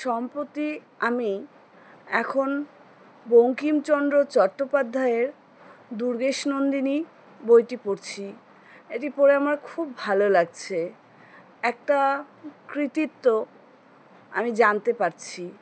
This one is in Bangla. সম্প্রতি আমি এখন বঙ্কিমচন্দ্র চট্টোপাধ্যায়ের দুর্গেশনন্দিনী বইটি পড়ছি এটি পড়ে আমার খুব ভালো লাগছে একটা কৃতিত্ব আমি জানতে পারছি